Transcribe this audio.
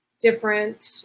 different